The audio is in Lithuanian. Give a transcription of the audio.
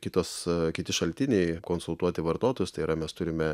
kitos kiti šaltiniai konsultuoti vartotus tai yra mes turime